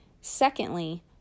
Secondly